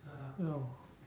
ya